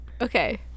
Okay